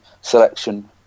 selection